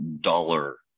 dollar-